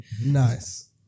nice